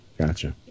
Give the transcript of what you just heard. Gotcha